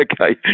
Okay